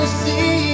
see